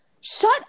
Shut